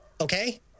Okay